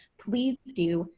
please do.